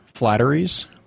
flatteries